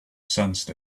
sensed